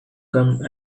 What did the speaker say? come